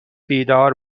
بیدار